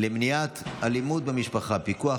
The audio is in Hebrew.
למניעת אלימות במשפחה (פיקוח